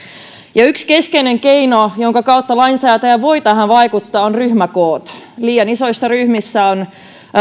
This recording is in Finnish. yksi keskeinen keino jonka kautta lainsäätäjä voi tähän vaikuttaa on ryhmäkoot liian isoissa ryhmissä on